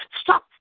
Stop